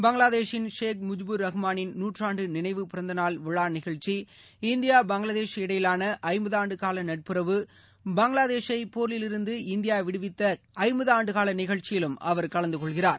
பங்களாதேஷின் ஷேக் முஜ்பர் ரஹ்மாளின் நூற்றாண்டு நினைவு பிறந்த நாள் விழா நிகழ்ச்சி இந்தியா பங்களாதேஷ் இடையிலாள ஐம்பது ஆண்டு கால நட்புறவு பங்களாதேஷ் ஐ போரிலிருந்து இந்தியா விடுத்த ஐம்பது ஆண்டுகால நிகழ்ச்சியிலும் அவர் கலந்து கொள்கிறார்